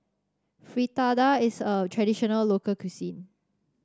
fritada is a traditional local cuisine